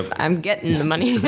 ah i'm getting the money.